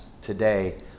today